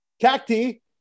Cacti